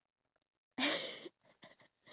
actually in their life